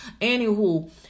Anywho